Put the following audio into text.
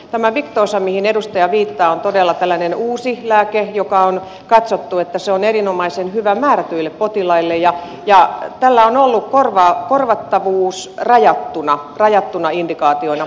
tämä victoza mihin edustaja viittaa on todella tällainen uusi lääke jonka on katsottu olevan erinomaisen hyvä määrätyille potilaille ja tällä on ollut korvattavuus rajattuna indikaationa